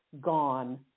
gone